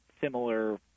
similar